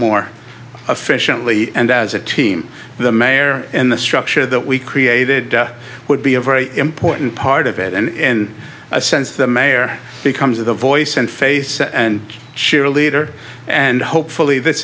more efficiently and as a team the mayor in the structure that we created would be a very important part of it and i sense the mayor becomes the voice and face and cheerleader and hopefully this